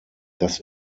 das